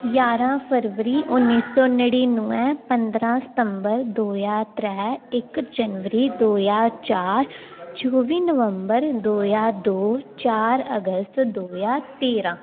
ञारां फरवरी उन्नी सौ नड़ीनवें पंदरां सितंबर दो ज्हार त्रै इक जनवरी जो ज्हार चार चौह्बी नवंबर दो ज्हार दो चार अगस्त दो ज्हार तेरां